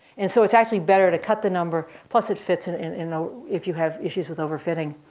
and so it's actually better to cut the number. plus it fits and and and if you have issues with overfitting.